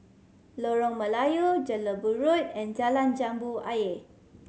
Lorong Melayu Jelebu Road and Jalan Jambu Ayer